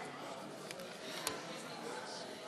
קבוצת סיעת המחנה הציוני,